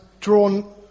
drawn